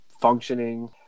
functioning